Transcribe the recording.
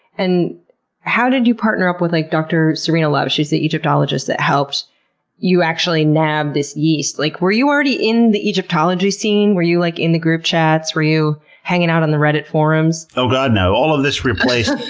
and how did you partner up with like dr. serena love? she's the egyptologist that helped you actually nab this yeast. like were you already in the egyptologist scene, were you, like, in the group chats? were you hanging out on the reddit forums? oh god no. all of this replaced,